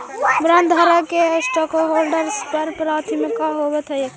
बॉन्डधारक के स्टॉकहोल्डर्स पर प्राथमिकता होवऽ हई